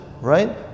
right